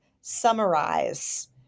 summarize